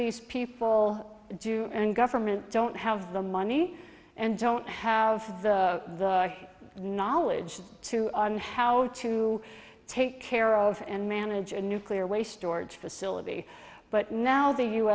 lese people do and government don't have the money and don't have the knowledge to on how to take care of and manage a nuclear waste storage facility but now the u